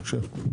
בבקשה.